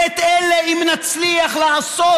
ואת אלה אם נצליח לעשות,